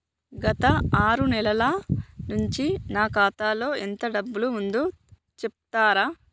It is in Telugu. గత ఆరు నెలల నుంచి నా ఖాతా లో ఎంత డబ్బు ఉందో చెప్తరా?